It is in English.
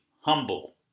humble